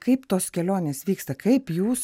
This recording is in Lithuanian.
kaip tos kelionės vyksta kaip jūs